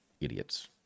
idiots